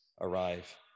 arrive